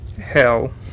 Hell